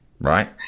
right